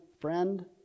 friend